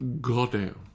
goddamn